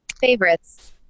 Favorites